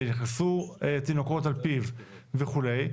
שנכנסו תינוקות על פיו וכו',